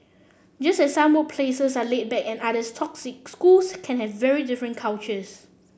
just as some workplaces are laid back and others toxic schools can have very different cultures